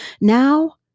Now